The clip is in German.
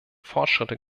fortschritte